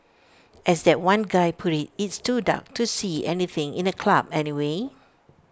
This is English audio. as that one guy put IT it's too dark to see anything in A club anyway